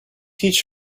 teach